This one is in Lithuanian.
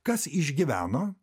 kas išgyveno